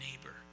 neighbor